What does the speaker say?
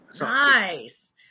Nice